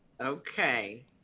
Okay